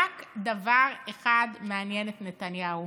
רק דבר אחד מעניין את נתניהו.